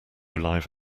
live